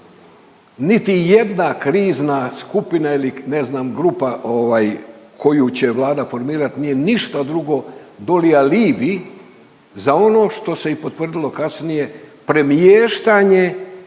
niti jedna krizna skupina ili ne znam grupa koju će Vlada formirati nije ništa drugo doli alibi za ono što se i potvrdilo kasnije premještanje